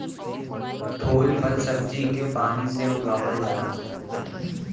फूल फल सब्जी के पानी से उगावल जाला